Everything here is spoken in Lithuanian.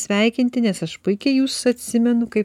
sveikinti nes aš puikiai jus atsimenu kai